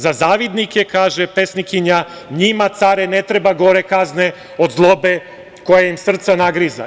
Za zavidnike, kaže pesnikinja – njima care, ne treba gore kazne od zlobe koja im srca nagriza.